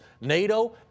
nato